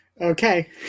Okay